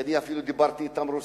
שאני אפילו דיברתי אתם רוסית,